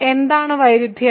എന്താണ് വൈരുദ്ധ്യം